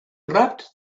wrapped